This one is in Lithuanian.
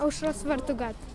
aušros vartų gatvė